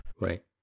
Right